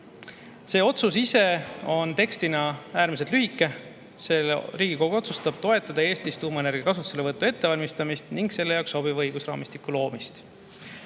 See otsus ise on tekstina äärmiselt lühike: Riigikogu otsustab toetada Eestis tuumaenergia kasutuselevõtu ettevalmistamist ning selle jaoks sobiva õigusraamistiku loomist. Mida